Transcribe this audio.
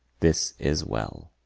this is well.